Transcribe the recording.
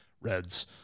Reds